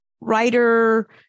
Writer